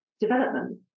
development